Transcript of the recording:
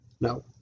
No